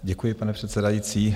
Děkuji, pane předsedající.